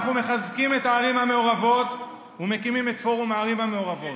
אנחנו מחזקים את הערים המעורבות ומקימים את פורום הערים המעורבות.